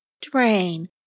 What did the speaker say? Drain